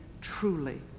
truly